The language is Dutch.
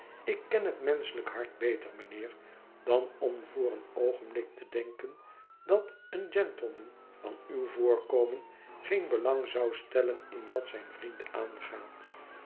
ik ken het menschelijk hart beter mijnheer dan om voor een oogenblik te denken dat een gentleman van uw voorkomen geen belang zou stellen in wat zijn vriend aangaat